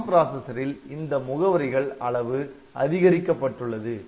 ARM பிராசஸரில் இந்த முகவரிகள் அளவு அதிகரிக்கப்பட்டுள்ளது